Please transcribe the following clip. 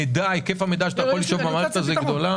היקף המידע שאתה יכול לשאוב מן המערכת הזאת הוא גדול.